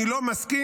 אני לא מסכים